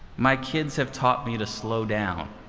my kids have taught me to slow down